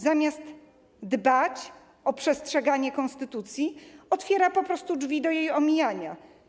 Zamiast dbać o przestrzeganie konstytucji, otwiera po prostu drzwi do jej omijania.